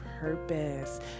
purpose